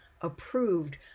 approved